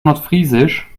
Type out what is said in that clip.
nordfriesisch